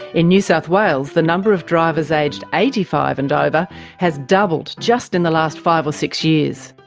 in new south wales, the number of drivers aged eighty five and over has doubled just in the last five or six years.